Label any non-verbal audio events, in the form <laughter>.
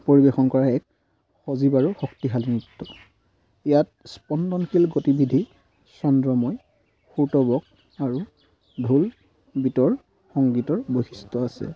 পৰিৱেশন কৰা এক সজীৱ আৰু শক্তিশালী নৃত্য ইয়াত স্পণ্ডনশীল গতিবিধি চন্দ্ৰময় <unintelligible> আৰু ঢোল বিতৰ সংগীতৰ বৈশিষ্ট্য আছে